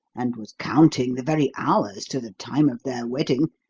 and was counting the very hours to the time of their wedding,